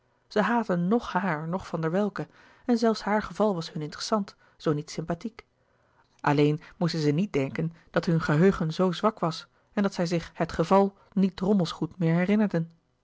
zij haatten noch haar noch van der welcke en zelfs haar geval was hun interessant zoo niet sympathiek alleen moesten zij niet denken dat hun geheugen zoo zwak was en dat zij zich het geval niet drommels goed meer herinnerden